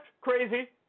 crazy